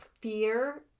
fear